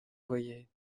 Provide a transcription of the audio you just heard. voyais